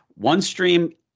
OneStream